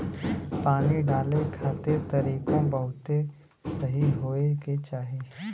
पानी डाले खातिर तरीकों बहुते सही होए के चाही